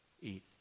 Eat